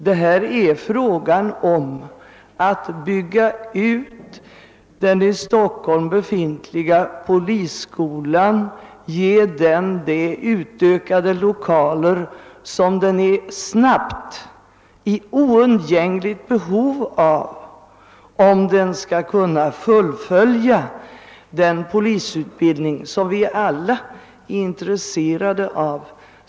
Här är det fråga om att bygga ut den i Stockholm befintliga polisskolan, ge den de utökade lokaler som den snabbt är i oundgängligt behov av, om den skall kunna fullfölja den polisutbildning, vars utökning vi alla är intresserade av.